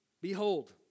Behold